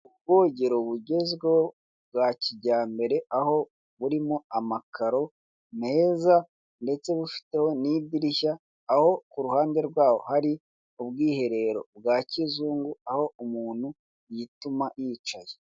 Ubwogero bugezweho bwa kijyambere aho burimo amakaro meza ndetse bufiteho n'idirishya aho kuruhande rwaho hari ubwiherero bwa kizungu aho umuntu yituma y'icaye.